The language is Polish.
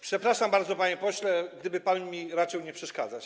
Przepraszam bardzo, panie pośle, gdyby pan mi raczył nie przeszkadzać.